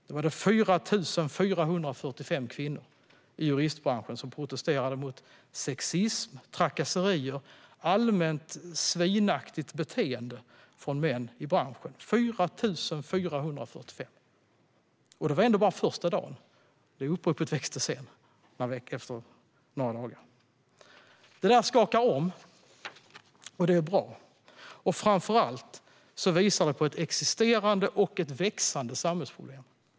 Då var det 4 445 kvinnor i juristbranschen som protesterade mot sexism, trakasserier och allmänt svinaktigt beteende från män i branschen - 4 445! Och det var ändå bara första dagen - uppropet växte sedan efter några dagar. Detta skakar om. Och det är bra. Framför allt visar det på ett existerande och växande samhällsproblem.